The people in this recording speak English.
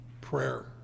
prayer